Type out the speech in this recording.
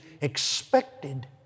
expected